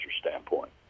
standpoint